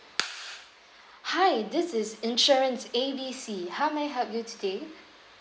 hi this is insurance A B C how may I help you today